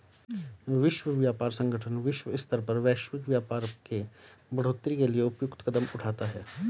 विश्व व्यापार संगठन विश्व स्तर पर वैश्विक व्यापार के बढ़ोतरी के लिए उपयुक्त कदम उठाता है